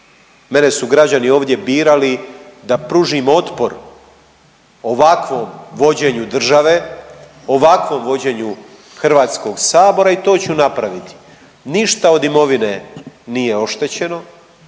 Mene su građani ovdje birali da pružim otpor ovakvom vođenju države, ovakvom vođenju Hrvatskog sabora i to ću napraviti. Ništa od imovine nije oštećeno,